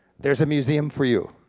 there's a museum for you,